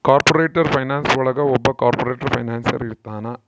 corporate finance ಒಳಗ ಒಬ್ಬ corporate financier ಇರ್ತಾನ